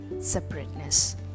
separateness